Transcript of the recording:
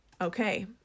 Okay